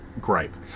gripe